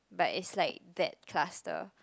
but it's like that cluster